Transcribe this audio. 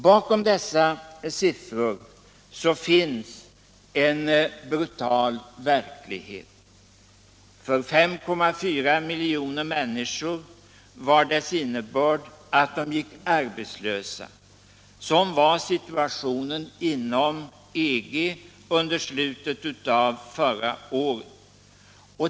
Bakom dessa siffror finns en brutal verklighet. För 5,4 miljoner människor var deras innebörd att de gick arbetslösa. Sådan var situationen inom EG under slutet av förra året.